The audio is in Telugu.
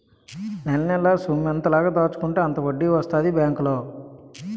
నెలనెలా సొమ్మెంత లాగ దాచుకుంటే అంత వడ్డీ వస్తదే బేంకులో